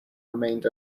remained